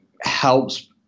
helps